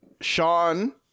Sean